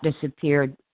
disappeared